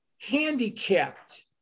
handicapped